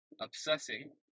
obsessing